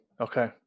Okay